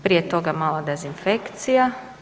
Prije toga mala dezinfekcija.